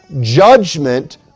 judgment